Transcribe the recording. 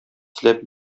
эзләп